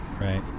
right